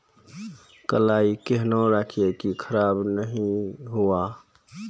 कलाई केहनो रखिए की खराब नहीं हुआ?